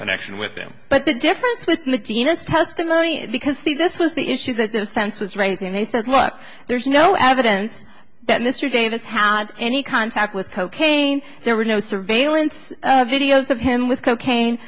connection with them but the difference with medina's testimony because this was the issue that the defense was raising they said look there's no evidence that mr davis had any contact with cocaine there were no surveillance videos of him with cocaine